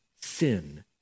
sin